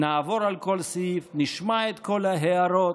נעבור על כל סעיף, נשמע את כל ההערות,